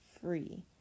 free